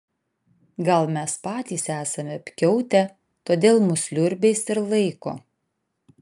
gal mes patys esame apkiautę todėl mus liurbiais ir laiko